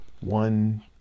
one